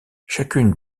chacune